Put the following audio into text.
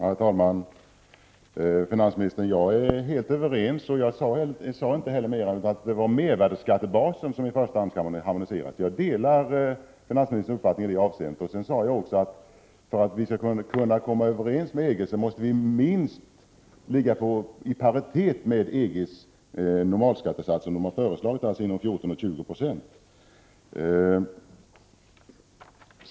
Herr talman! Finansministern och jag är helt överens om — och jag sade inte heller mera — att det i första hand är mervärdeskattebasen som skall harmoniseras. Jag sade också att vi för att vi skall komma överens med EG måste ligga minst i paritet med den för EG föreslagna normalskattesatsen, dvs. 14-20 90.